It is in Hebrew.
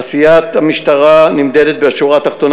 עשיית המשטרה נמדדת בשורה התחתונה